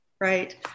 right